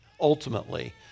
ultimately